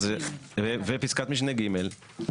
ופסקת משנה (ג)